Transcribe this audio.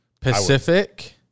Pacific